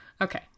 Okay